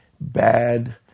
bad